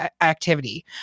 activity